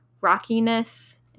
rockiness